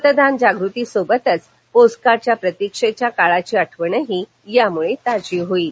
मतदान जागृतीसोबतच पोस्टकार्डच्या प्रतीक्षेच्या काळाची आठवणही यामुळ ताजी होईल